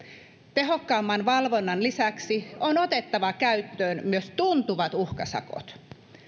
tehokkaamman valvonnan lisäksi on otettava käyttöön myös tuntuvat uhkasakot